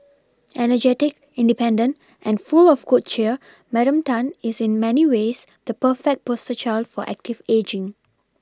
energetic independent and full of good cheer Madam Tan is in many ways the perfect poster child for active ageing